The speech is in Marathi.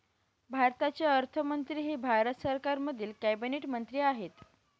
भारताचे अर्थमंत्री हे भारत सरकारमधील कॅबिनेट मंत्री आहेत